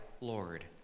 Lord